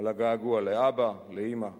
על הגעגוע לאבא, לאמא.